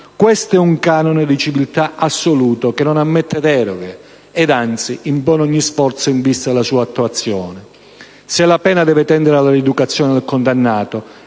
Questo è un canone di civiltà assoluto che non ammette deroghe e, anzi, impone ogni sforzo in vista della sua attuazione. Se la pena deve tendere alla rieducazione del condannato,